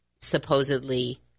supposedly